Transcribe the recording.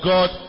God